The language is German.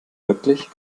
wirklich